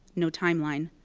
no timeline.